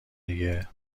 دیگه